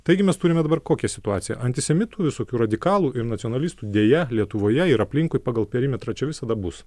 taigi mes turime dabar kokią situaciją antisemitų visokių radikalų ir nacionalistų deja lietuvoje ir aplinkui pagal perimetrą čia visada bus